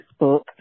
Facebook